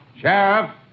Sheriff